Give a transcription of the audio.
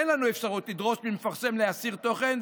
אין לנו אפשרות לדרוש ממפרסם להסיר תוכן,